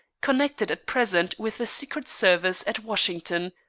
connected at present with the secret service at washington.